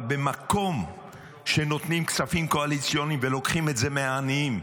אבל במקום שבו נותנים כספים קואליציוניים ולוקחים את זה מהעניים,